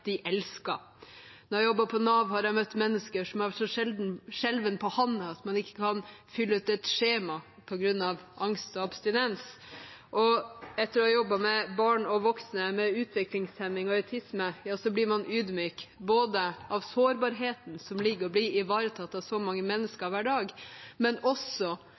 de elsker. Når jeg har jobbet på Nav, har jeg møtt mennesker som har vært så skjelven på hånden at de ikke kan fylle ut et skjema på grunn av angst og abstinens. Og etter å ha jobbet med barn og voksne med utviklingshemming og autisme blir man ydmyk av sårbarheten som ligger i å bli ivaretatt av så mange mennesker hver dag, men også